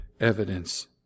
evidence